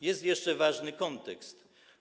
Jest jeszcze ważny kontekst.